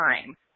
time